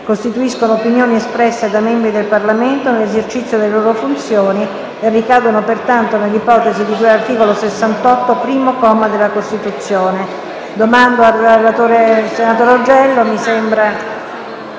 costituiscono opinioni espresse da membri del Parlamento nell'esercizio delle loro funzioni e ricadono pertanto nell'ipotesi di cui all'articolo 68, primo comma, della Costituzione. Chiedo al relatore, senatore Augello, se